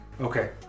Okay